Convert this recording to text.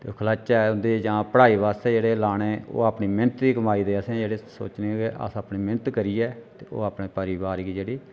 खलाह्चै उं'दी जां पढ़ाई वास्तै जेह्ड़े लाने ते ओह् अपनी मेह्नत दी कमाई दे असें जेह्ड़े सोचने के अस अपनी मेह्नत करियै ते ओह् अपने परोआर गी जेह्ड़ी